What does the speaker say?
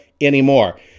anymore